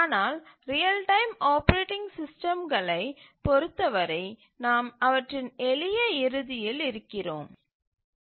ஆனால் real time operating சிஸ்டம்களைப் பொறுத்தவரை நாம் அவற்றின் எளிய இறுதியில் இருக்கிறோம்